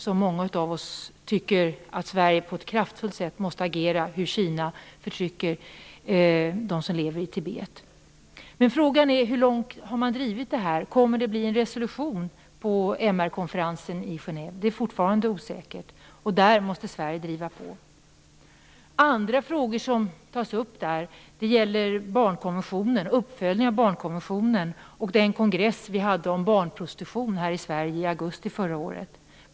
Vi är många som tycker att Sverige på ett kraftfullt sätt måste reagera mot hur Kina förtrycker dem som lever i Tibet. Men frågan är hur långt man har drivit det här. Kommer det att bli en resolution på MR-konferensen i Genève? Det är fortfarande osäkert. Där måste Sverige driva på. Andra frågor som tas upp på konferensen gäller barnkonventionen och dess uppföljning samt den kongress vi hade om barnprostitution här i Sverige i augusti förra året.